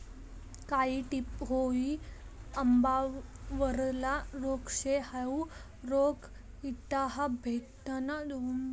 कायी टिप हाउ आंबावरला रोग शे, हाउ रोग इटाभट्टिना जोडेना आंबासवर पडस